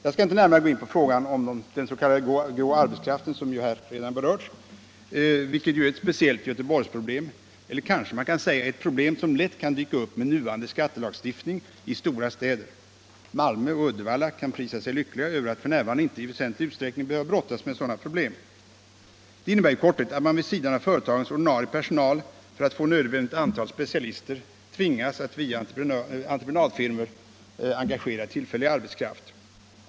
Jag skall inte närmare gå in på frågan om den s.k. grå arbetskraften, vilket är ett speciellt Göteborgsproblem eller, kan man kanske säga, ett problem som med nuvarande skattelagstiftning lätt kan dyka upp i stora städer. I Malmö och Uddevalla kan man prisa sig lycklig över att f. n. icke i väsentlig utsträckning behöva brottas med detta problem. Det innebär i korthet att man vid sidan av företagens ordinarie personal för att få nödvändigt antal specialister tvingas att via entreprenadfirmor engagera tillfällig arbetskraft.